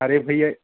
अरे भैया